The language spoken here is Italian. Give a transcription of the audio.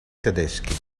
tedeschi